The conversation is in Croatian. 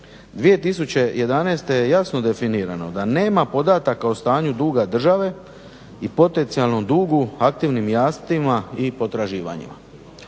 2011. je jasno definirano da nema podataka o stanju duga države i potencijalnom dugu aktivnim jamstvima i potraživanjima.